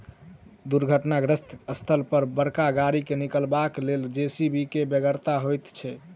दुर्घटनाग्रस्त स्थल पर बड़का गाड़ी के निकालबाक लेल जे.सी.बी के बेगरता होइत छै